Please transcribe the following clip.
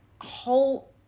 whole